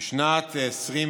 בשנת 2020